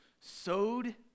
sowed